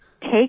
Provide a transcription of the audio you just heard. take